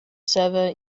server